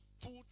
Put